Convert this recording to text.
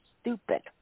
stupid